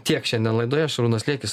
tiek šiandien laidoje šarūnas liekis